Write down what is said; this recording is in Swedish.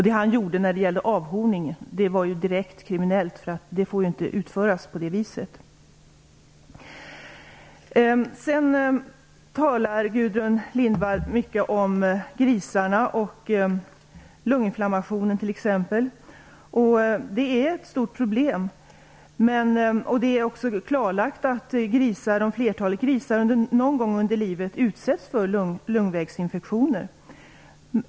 Det han gjorde när det gällde avhorningen var direkt kriminellt, eftersom den inte får utföras på det viset. Gudrun Lindvall talar mycket om grisarna och t.ex. lunginflammationen. Det är ett stort problem. Det är också klarlagt att flertalet grisar någon gång under livet utsätts för luftvägsinfektioner.